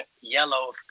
yellow